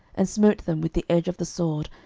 and smote them with the edge of the sword,